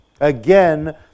again